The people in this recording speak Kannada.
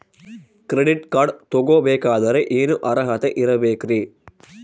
ಕ್ರೆಡಿಟ್ ಕಾರ್ಡ್ ತೊಗೋ ಬೇಕಾದರೆ ಏನು ಅರ್ಹತೆ ಇರಬೇಕ್ರಿ?